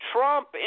Trump